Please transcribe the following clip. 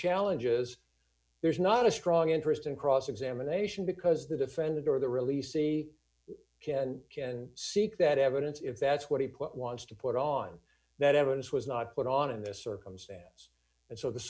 challenges there's not a strong interest in cross examination because the defendant or the release see can and can seek that evidence if that's what he wants to put on that evidence was not put on in this circumstance and so the